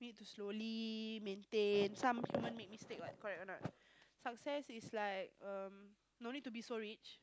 to slowly maintain some human make mistake like correct or not success is like um no need to be so rich